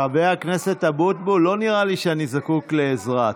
חבר הכנסת אבוטבול, לא נראה לי שאני זקוק לעזרה.